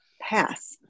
pass